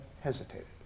hesitated